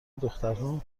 دخترها